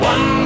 One